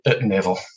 Neville